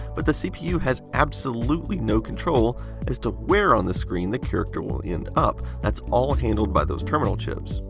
but the cpu has absolutely no control as to where on the screen the character will end up. that's all handled by those terminal chips.